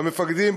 במפקדים,